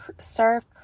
serve